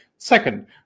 Second